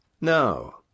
No